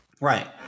Right